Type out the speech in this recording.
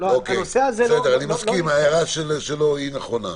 אני מסכים, ההערה שלו נכונה,